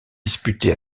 disputé